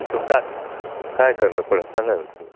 तो काय काय करणं पडेन सांगा ना तु्ही